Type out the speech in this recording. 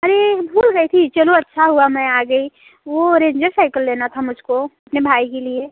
अरे भूल गई थी चलो अच्छा हुआ मैं आ गई वो रेंजर साइकल लेना था मुझको अपने भाई के लिए